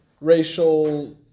racial